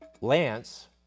Lance